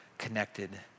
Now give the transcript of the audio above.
connected